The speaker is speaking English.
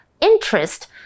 interest